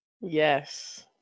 Yes